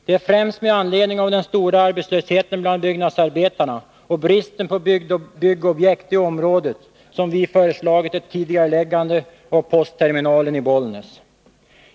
Det är främst med anledning av den stora arbetslösheten bland byggnadsarbetarna och bristen på byggobjekt i området som vi har föreslagit ett tidigareläggande av postterminalbygget i Bollnäs.